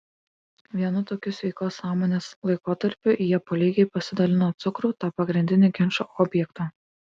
vienu tokiu sveikos sąmonės laikotarpiu jie po lygiai pasidalino cukrų tą pagrindinį ginčo objektą